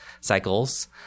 cycles